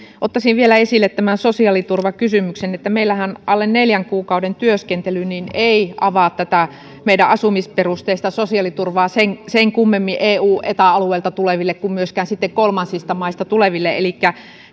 ottaisin vielä esille tämän sosiaaliturvakysymyksen meillähän alle neljän kuukauden työskentely ei avaa tätä meidän asumisperusteista sosiaaliturvaa sen sen kummemmin eu ja eta alueilta tuleville kuin myöskään sitten kolmansista maista tuleville elikkä